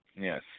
Yes